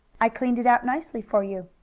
i cleaned it out nicely for you.